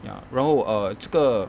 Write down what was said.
ya 然后 err 这个